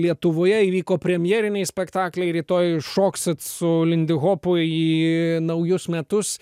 lietuvoje įvyko premjeriniai spektakliai rytoj šoksit su lindihopu į naujus metus